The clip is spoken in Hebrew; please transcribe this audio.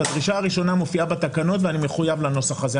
הדרישה הראשונה מופיעה בתקנות ואני מחויב לנוסח הזה.